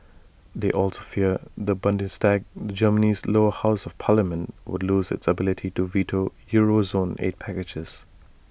they also fear the Bundestag Germany's lower house of parliament would lose its ability to veto euro zone aid packages